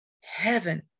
heaven